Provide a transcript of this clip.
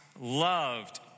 loved